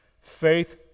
Faith